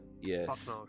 Yes